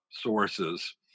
sources